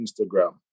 Instagram